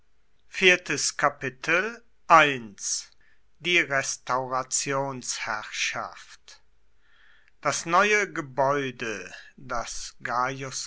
die restaurationsherrschaft das neue gebäude das